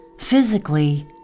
Physically